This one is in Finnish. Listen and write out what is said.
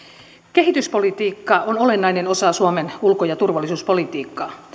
kehityspolitiikka on olennainen osa suomen ulko ja turvallisuuspolitiikkaa